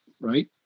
right